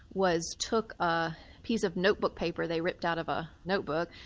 was took a piece of notebook paper they ripped out of a notebook,